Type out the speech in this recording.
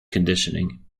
conditioning